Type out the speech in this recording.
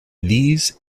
these